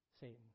Satan